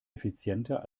effizienter